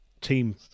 team